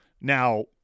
Now